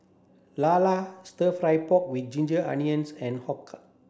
Lala stir fry pork with ginger onions and Har Kow